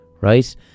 right